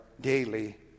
daily